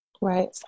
Right